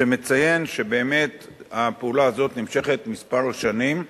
שמציין שהפעולה הזאת נמשכת שנים מספר,